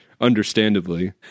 Understandably